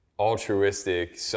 Altruistic